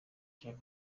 cya